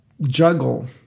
juggle